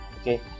okay